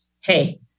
Hey